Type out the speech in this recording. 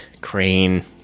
Crane